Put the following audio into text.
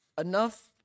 enough